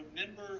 remember